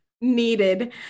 needed